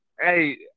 Hey